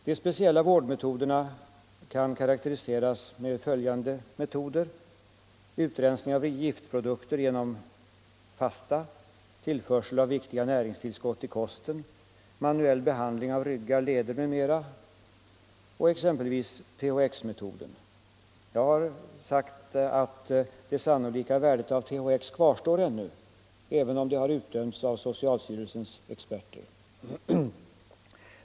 De speciella vårdmetoderna kan karakteriseras med följande metoder: utrensning av giftprodukter genom fasta, tillförsel av viktiga näringstillskott i kosten, manuell behandling av ryggar, leder m.m. och exempelvis THX-metoden. Jag har sagt att det sannolika värdet av THX ännu kvarstår — även om det har utdömts av socialstyrelsens experter.